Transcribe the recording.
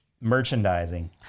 merchandising